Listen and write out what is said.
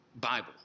Bible